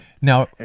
Now